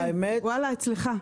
ואללה, אצלך.